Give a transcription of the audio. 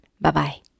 Bye-bye